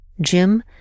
Jim